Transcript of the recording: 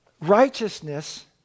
righteousness